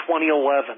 2011